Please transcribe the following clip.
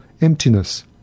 emptiness